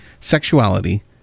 sexuality